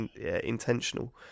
intentional